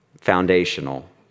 foundational